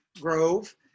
grove